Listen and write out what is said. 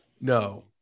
No